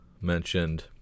mentioned